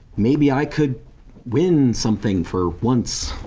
maybe i could win something for once.